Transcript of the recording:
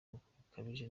rukabije